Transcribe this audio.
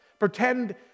Pretend